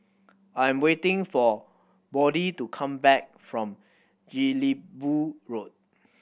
I am waiting for Bode to come back from Jelebu Road